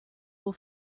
will